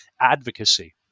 advocacy